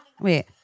Wait